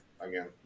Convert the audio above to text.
again